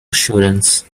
assurance